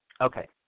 Okay